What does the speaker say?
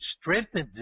strengthened